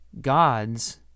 gods